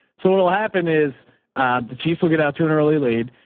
so what will happen is the chiefs will get out to an early lead.